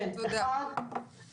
אחת,